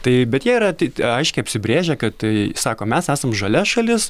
tai bet jie yra tai aiškiai apsibrėžę kad tai sako mes esam žalia šalis